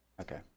Okay